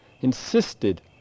insisted